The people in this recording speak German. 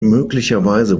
möglicherweise